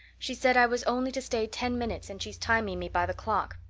she said i was only to stay ten minutes and she's timing me by the clock.